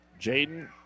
Jaden